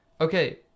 Okay